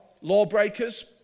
lawbreakers